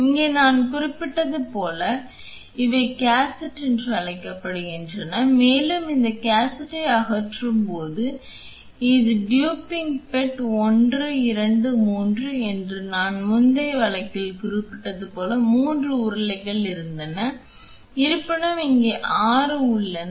இங்கே நான் குறிப்பிட்டது போல் இவை கேசட் என்று அழைக்கப்படுகின்றன மேலும் இந்த கேசட்டை அகற்றும் போது இது ட்யூபிங் பெட் 1 2 3 என்று நான் முந்தைய வழக்கில் குறிப்பிட்டது போல் 3 உருளைகள் இருந்தன இருப்பினும் இங்கே 6 உள்ளன